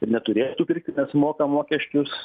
ir neturėtų pirkti nes moka mokesčius